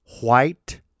white